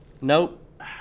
nope